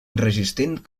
resistent